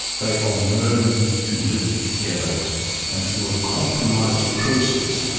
they are learning to live together and, through a compromised process,